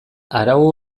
arau